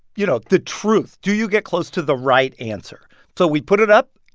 you know, the truth? do you get close to the right answer? so we put it up,